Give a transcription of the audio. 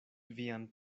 vian